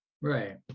Right